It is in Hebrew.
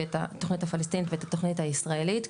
את התכנית הפלסטינית ואת התכנית הישראלית.